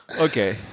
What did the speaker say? Okay